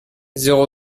zéro